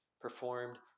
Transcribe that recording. performed